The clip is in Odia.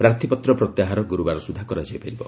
ପ୍ରାର୍ଥୀପତ୍ର ପ୍ରତ୍ୟାହାର ଗୁରୁବାର ସୁଦ୍ଧା କରାଯାଇପାରିବ